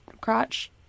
crotch